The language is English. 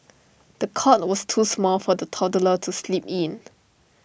the cot was too small for the toddler to sleep in